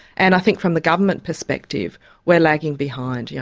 and i think from the government perspective we're lagging behind, you know.